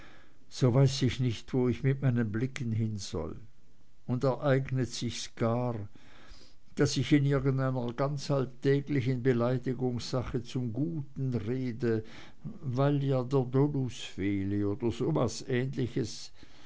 so weiß ich nicht wo ich mit meinen blicken hin soll und ereignet sich's gar daß ich in irgendeiner ganz alltäglichen beleidigungssache zum guten rede weil ja der dolus fehle oder so was ähnliches